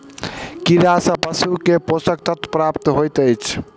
कीड़ा सँ पशु के पोषक तत्व प्राप्त होइत अछि